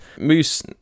Moose